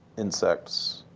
insects,